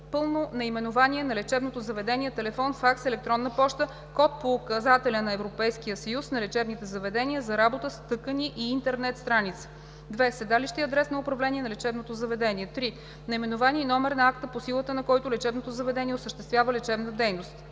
пълно наименование на лечебното заведение, телефон, факс, електронна поща, код по указателя на Европейския съюз на лечебните заведения за работа с тъкани и интернет страница; 2. седалище и адрес на управление на лечебното заведение; 3. наименование и номер на акта, по силата на който лечебното заведение осъществява лечебна дейност;